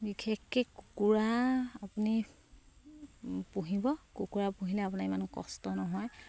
বিশেষকে কুকুৰা আপুনি পুহিব কুকুৰা পুহিলে আপোনাৰ ইমান কষ্ট নহয়